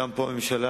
גם פה הממשלה,